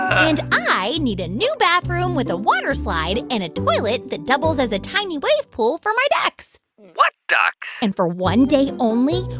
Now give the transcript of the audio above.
and i need a new bathroom with a waterslide and a toilet that doubles as a tiny wave pool for my ducks what ducks? and for one day only,